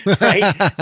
right